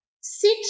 sit